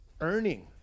earning